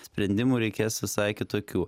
sprendimų reikės visai kitokių